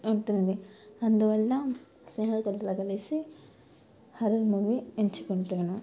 ఉంటుంది అందువల్ల స్నేహతులతో కలిసి హర్రర్ మూవీ ఎంచుకుంటాను